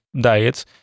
diets